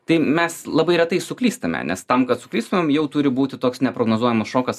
tai mes labai retai suklystame nes tam kad suklystumėm jau turi būti toks neprognozuojamas šokas